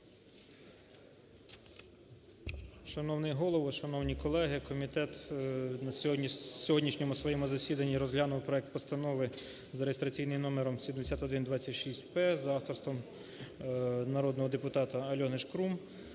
Шановний Голово, шановні колеги, комітет на сьогоднішньому своєму засіданні розглянув проект постанови за реєстраційним номером 7126-П за авторством народного депутата Альони Шкрум.